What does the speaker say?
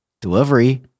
delivery